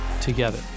together